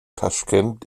taschkent